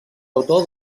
autor